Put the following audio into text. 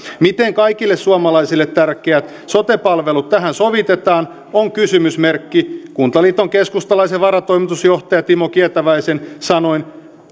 miten kaikille suomalaisille tärkeät sote palvelut tähän sovitetaan on kysymysmerkki kuntaliiton keskustalaisen varatoimitusjohtajan timo kietäväisen sanoin